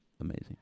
amazing